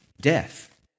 death